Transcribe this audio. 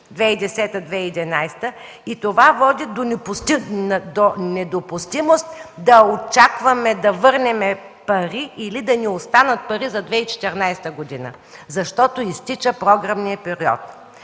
2011 г., и това води до недопустимост да очакваме да върнем пари или да ни останат пари за 2014 г., защото изтича програмният период.